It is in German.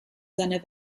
seiner